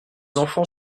enfant